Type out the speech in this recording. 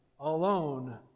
Alone